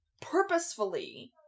purposefully